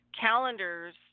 calendars